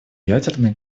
ядерные